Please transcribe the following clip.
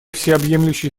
всеобъемлющий